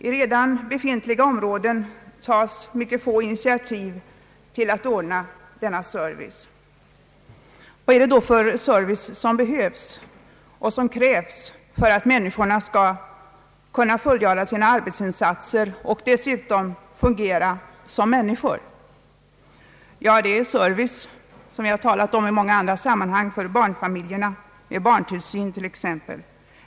I redan befintliga områden tas mycket få initiativ till att ordna sådan service. Vad är det då för service som behövs och som krävs för att människorna skall kunna fullgöra sina arbetsinsatser och dessutom fungera som människor? Det är — som jag har talat om i många andra sammanhang — service för barnfamiljerna med t.ex. barntillsyn.